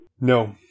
No